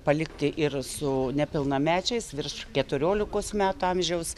palikti ir su nepilnamečiais virš keturiolikos metų amžiaus